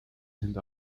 sind